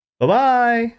Bye-bye